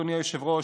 אדוני היושב-ראש,